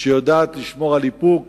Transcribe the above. שיודעת לשמור על איפוק